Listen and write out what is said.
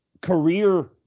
career